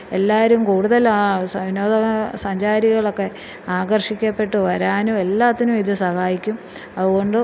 എല്ലാവരും കൂടുതൽ വിനോദ സഞ്ചാരികളൊക്കെ ആകർഷിക്കപ്പെട്ട് വരാനും എല്ലാത്തിനും ഇത് സഹായിക്കും അതുകൊണ്ട്